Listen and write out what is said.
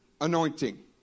anointing